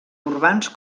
urbans